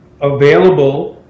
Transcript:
available